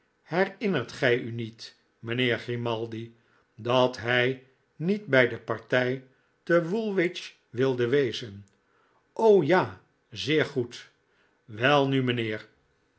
herinnert gij u niet mijnheer grimaldi dat hij niet bij de parti te woolwich wilde wezen ja zeer goed welnu mijnheer